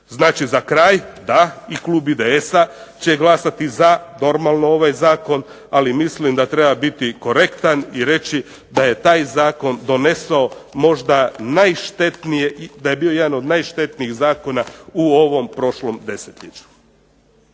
Znači za kraj, da i klub IDS-a će glasati za normalno ovaj zakon, ali mislim da treba biti korektan i reći da je taj zakon donesao možda najštetnije, da je bio jedan od najštetnijih zakona u ovom prošlom desetljeću.